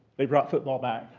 they brought football back.